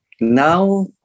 now